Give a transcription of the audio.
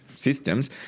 Systems